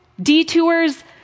detours